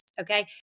okay